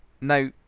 Now